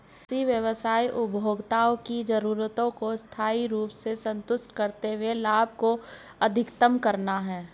कृषि व्यवसाय उपभोक्ताओं की जरूरतों को स्थायी रूप से संतुष्ट करते हुए लाभ को अधिकतम करना है